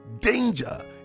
danger